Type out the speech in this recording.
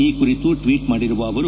ಈ ಕುರಿತು ಟ್ವೀಟ್ ಮಾಡಿರುವ ಅವರು